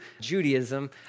Judaism